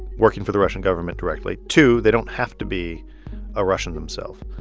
working for the russian government directly. two, they don't have to be a russian themself.